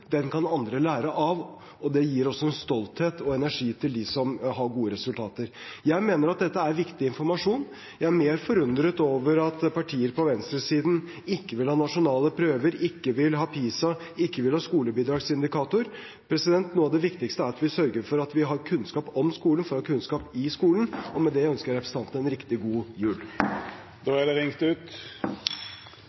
den kan andre lære av. Det gir stolthet og energi til dem som har gode resultater. Jeg mener at dette er viktig informasjon. Jeg er mer forundret over at partier på venstresiden ikke vil ha nasjonale prøver, ikke vil ha PISA, ikke vil ha skolebidragsindikatorer. Noe av det viktigste er at vi sørger for at vi har kunnskap om skolen for å ha kunnskap i skolen. Og med det ønsker jeg representanten en riktig god jul.